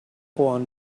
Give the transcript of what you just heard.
one